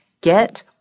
Get